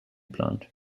plant